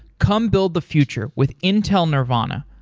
come build the future with intel nervana.